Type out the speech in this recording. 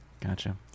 Gotcha